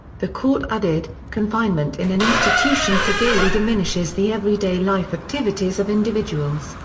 the court added, confinement in an institution severely diminishes the everyday life activities of individuals,